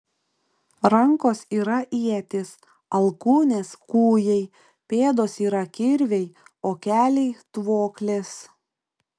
rankos yra ietys alkūnės kūjai pėdos yra kirviai o keliai tvoklės